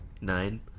Nine